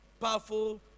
powerful